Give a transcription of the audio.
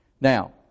Now